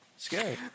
scary